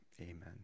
amen